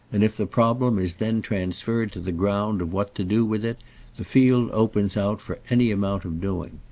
and if the problem is then transferred to the ground of what to do with it the field opens out for any amount of doing.